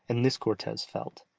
and this cortes felt.